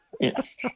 yes